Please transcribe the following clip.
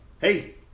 Hey